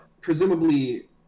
presumably